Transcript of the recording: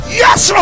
yes